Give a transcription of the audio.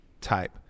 type